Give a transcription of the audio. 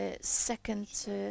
second